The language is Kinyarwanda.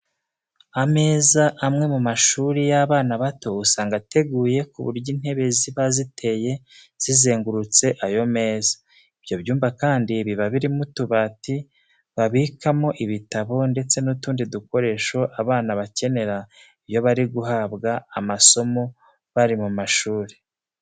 Ameza amwe mu mashuri y'abana bato usanga ateguye ku buryo intebe ziba ziteye zizengurutse ayo meza. Ibyo byumba kandi biba birimo utubati babikamo ibitabo ndetse n'utundi dukoresho abana bakenera iyo bari guhabwa amasomo bari mu ishuri.